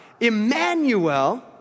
Emmanuel